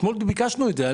אתמול ביקשנו את זה.